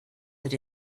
that